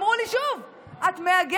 אמרו לי שוב: את מאגפת